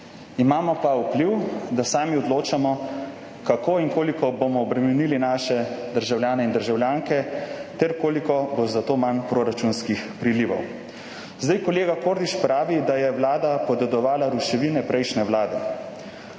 Imamo pa vpliv, da sami odločamo, kako in koliko bomo obremenili naše državljane in državljanke ter koliko bo zato manj proračunskih prilivov. Kolega Kordiš pravi, da je vlada podedovala ruševine prejšnje vlade.